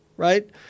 Right